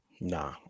Nah